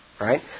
Right